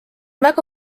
väga